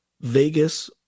vegas